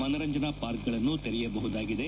ಮನರಂಜನಾ ಪಾರ್ಕ್ಗಳನ್ನು ತೆರೆಯಬಹುದಾಗಿದೆ